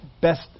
Best